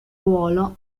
ruolo